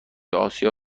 آسیا